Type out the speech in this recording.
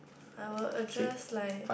I will address like